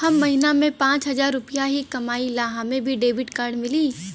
हम महीना में पाँच हजार रुपया ही कमाई ला हमे भी डेबिट कार्ड मिली?